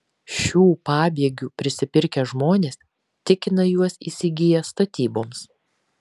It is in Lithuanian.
šių pabėgių prisipirkę žmonės tikina juos įsigiję statyboms